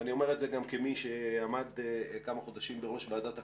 ואני אומר את זה גם כמי שעמד כמה חודשים בראש ועדת הקורונה,